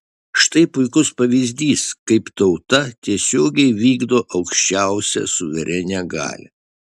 štai puikus pavyzdys kaip tauta tiesiogiai vykdo aukščiausią suverenią galią